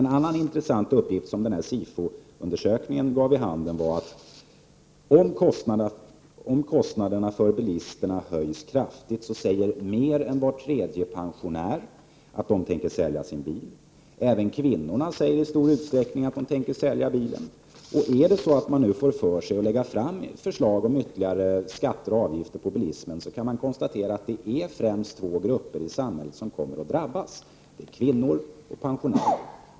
En annan intressant sak som SIFO-undersökningen gav vid handen var att om kostnaderna för bilisterna höjs kraftigt säger sig mer än var tredje pensionär ha för avsikt att sälja sin bil. Även kvinnorna säger i stor utsträckning att de i så fall tänker sälja bilen. Får man för sig att lägga fram förslag om ytterligare skatter och avgifter på bilismen är det — det kan man konstatera — främst två grupper i samhället som kommer att drabbas: kvinnor och pensionärer.